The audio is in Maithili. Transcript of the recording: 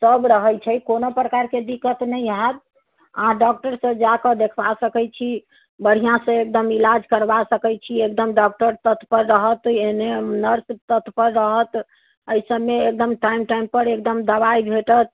सभ रहैत छै कोनो प्रकारकेँ दिक्कत नहि आएत अहाँ डॉक्टरसँ जाकऽ देखवा सकैत छी बढ़िआँसँ एकदम ईलाज करवा सकैत छी एकदम डाॅक्टर तत्पर रहत एहने नर्स तत्पर रहत एहि सभमे एकदम टाइम टाइम पर एकदम दवाइ भेटत